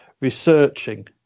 researching